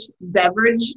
beverage